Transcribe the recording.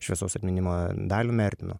šviesaus atminimo dalium mertinu